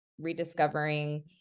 rediscovering